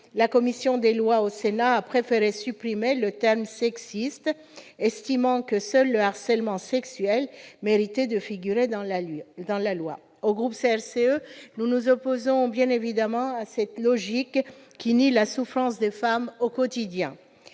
La commission des lois du Sénat a préféré supprimer le terme « sexiste », estimant que seul le harcèlement sexuel méritait de figurer dans la loi. Les membres du groupe CRCE s'opposent bien évidemment à cette logique, qui nie la souffrance des femmes au quotidien.